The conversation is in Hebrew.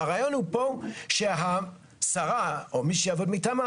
הרעיון פה הוא שהשרה או מי שיעבור מטעמה,